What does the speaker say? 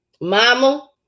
mama